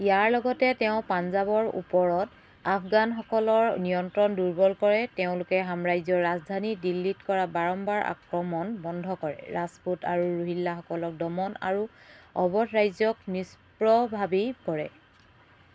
ইয়াৰ লগতে তেওঁ পঞ্জাৱৰ ওপৰত আফগানসকলৰ নিয়ন্ত্ৰণ দুৰ্বল কৰে তেওঁলোকে সাম্ৰাজ্যৰ ৰাজধানী দিল্লীত কৰা বাৰম্বাৰ আক্ৰমণ বন্ধ কৰে ৰাজপুত আৰু ৰোহিল্লাসকলক দমন আৰু অৱধ ৰাজ্যক নিষ্প্ৰভাৱী কৰে